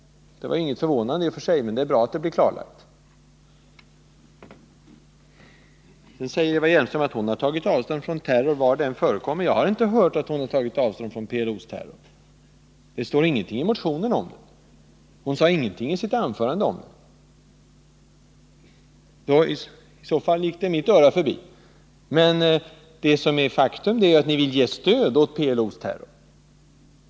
Det är inte särskilt förvånande, men det är bra att det blir klarlagt. Sedan säger Eva Hjelmström att hon har tagit avstånd från terror var den än förekommer. Jag har inte hört att hon har tagit avstånd från PLO:s terror. Det står ingenting i motionen om det. Hon sade ingenting i sitt anförande om det — i så fall gick det mitt öra förbi. Men faktum är att ni vill ge stöd till PLO:s terror.